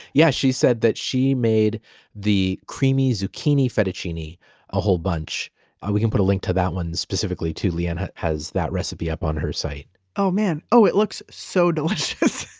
yeah, she said that she made the creamy zucchini fettuccine a whole bunch and we can put a link to that one specifically, too, leanne has, has that recipe up on her site oh man. oh, it looks so delicious.